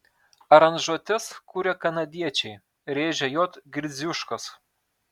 aranžuotes kuria kanadiečiai rėžė j gridziuškas